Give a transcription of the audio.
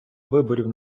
виборів